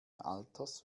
alters